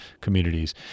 communities